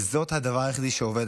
וזה הדבר היחידי שעובד.